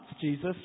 Jesus